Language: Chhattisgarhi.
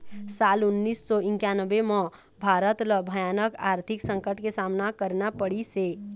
साल उन्नीस सौ इन्कानबें म भारत ल भयानक आरथिक संकट के सामना करना पड़िस हे